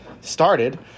started